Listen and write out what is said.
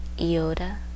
IOTA